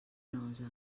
nosa